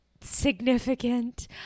significant